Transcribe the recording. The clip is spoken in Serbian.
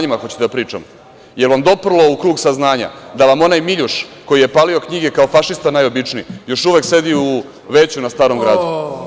Je li vam doprlo u krug saznanja da vam onaj Miljuš, koji je palio knjige kao fašista najobičniji, još uvek sedi u veću na Starom gradu.